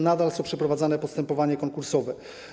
Nadal są przeprowadzane postępowania konkursowe.